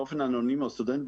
בסטודנט,